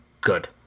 good